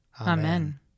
Amen